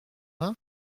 vingt